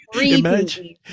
Imagine